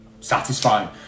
satisfying